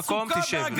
למקום ותשב.